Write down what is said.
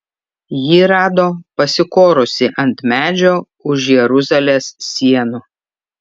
jį rado pasikorusį ant medžio už jeruzalės sienų